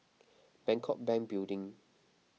Bangkok Bank Building